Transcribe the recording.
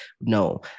no